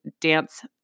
dance